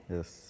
Yes